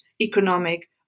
economic